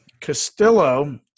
Castillo